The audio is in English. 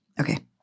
Okay